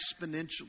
exponentially